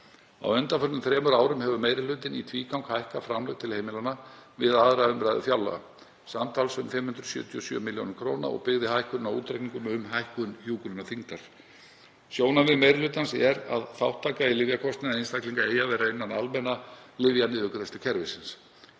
Á undanförnum þremur árum hefur meiri hlutinn í tvígang hækkað framlög til heimilanna við 2. umr. fjárlaga, samtals um 577 millj. kr., og byggðist hækkunin á útreikningum um hækkun hjúkrunarþyngdar. Sjónarmið meiri hlutans er að þátttaka í lyfjakostnaði einstaklinga eigi að vera innan almenna lyfjaniðurgreiðslukerfisins.